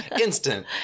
Instant